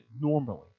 normally